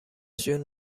جون